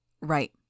Right